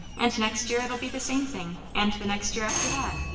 and next year it'll be the same thing and the next year after that.